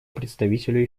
представителю